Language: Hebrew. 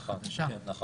נכון.